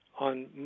on